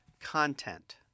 content